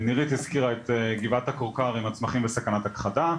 ונירית הזכירה את גבעת הכורכר עם הצמחים בסכנת הכחדה.